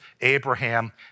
Abraham